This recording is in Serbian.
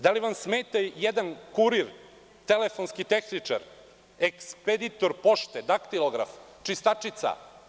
Da li vam smeta jedan kurir, telefonski tehničar, ekspeditor pošte, daktilograf, čistačica?